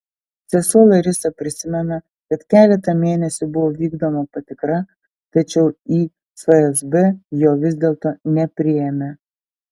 sesuo larisa prisimena kad keletą mėnesių buvo vykdoma patikra tačiau į fsb jo vis dėlto nepriėmė